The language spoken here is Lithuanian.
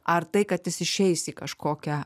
ar tai kad jis išeis į kažkokią